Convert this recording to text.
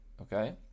okay